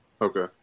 Okay